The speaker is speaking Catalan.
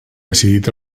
decidit